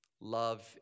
love